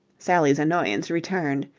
sally's annoyance returned.